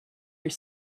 your